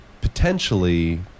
potentially